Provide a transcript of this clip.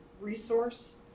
resource